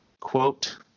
Quote